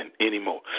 anymore